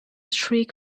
shriek